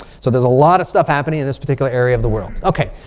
so there's a lot of stuff happening in this particular area of the world. okay.